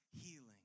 Healing